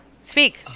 speak